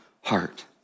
heart